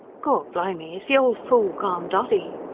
gaw-blimy. is the old fool gone dotty?